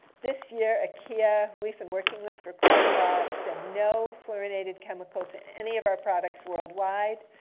this year, ikea who we've been working with for quite awhile said no fluorinated chemicals in any of our products worldwide.